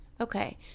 Okay